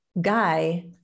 guy